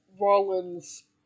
Rollins